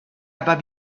aber